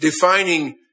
defining